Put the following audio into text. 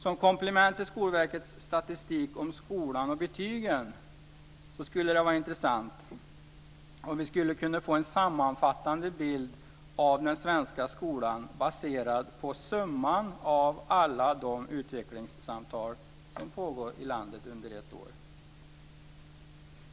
Som komplement till Skolverkets statistik om skolan och betygen skulle det vara intressant om vi skulle kunna få en sammanfattande bild av den svenska skolan baserad på summan av alla de utvecklingssamtal som pågår i landet under ett år.